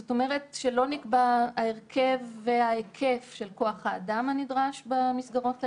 זאת אומרת שלא נקבע ההרכב וההיקף של כוח האדם הנדרש במסגרות האלה.